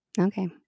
okay